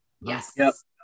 Yes